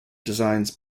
designs